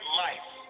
life